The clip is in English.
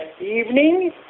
evening